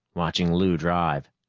watching lou drive.